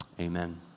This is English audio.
Amen